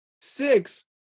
Six